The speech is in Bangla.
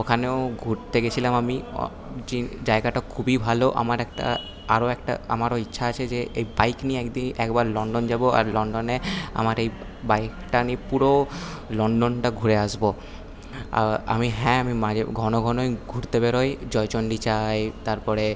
ওখানেও ঘুরতে গেছিলাম আমি জায়গাটা খুবই ভালো আমার একটা আরো একটা আমারো ইচ্ছা আছে যে এই বাইক নিয়ে এক দিন একবার লন্ডন যাবো আর লন্ডনে আমার এই বাইকটা নিয়ে পুরো লন্ডনটা ঘুরে আসবো আমি হ্যাঁ আমি মাঝে ঘন ঘনই ঘুরতে বেরোই জয়চন্ডী যাই তারপরে